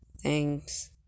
thanks